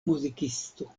muzikisto